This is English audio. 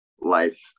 life